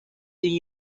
the